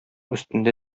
өстендә